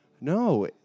No